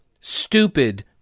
stupid